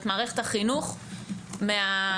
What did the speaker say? את מערכת החינוך מהמאקרו,